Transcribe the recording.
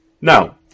Now